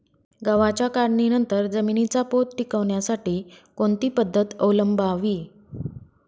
गव्हाच्या काढणीनंतर जमिनीचा पोत टिकवण्यासाठी कोणती पद्धत अवलंबवावी?